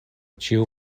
ĉiu